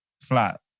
flat